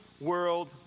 world